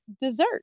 dessert